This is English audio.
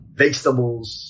vegetables